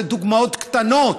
אלה דוגמאות קטנות,